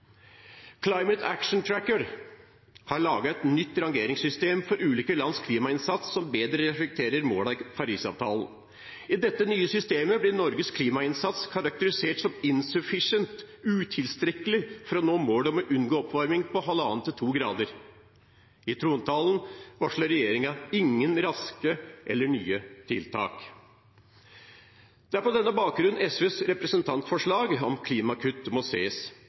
Climate Action Tracker har laget et nytt rangeringssystem for ulike lands klimainnsats som bedre reflekterer målene i Paris-avtalen. I dette nye systemet blir Norges klimainnsats karakterisert som «insufficient», utilstrekkelig, for å nå målet om å unngå oppvarming på mer enn 1,5–2 grader. I trontalen varsler regjeringen ingen raske eller nye tiltak. Det er på denne bakgrunn SVs representantforslag om klimakutt må